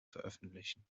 veröffentlichen